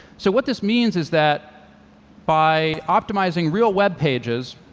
so what this means is that by optimizing real web pages,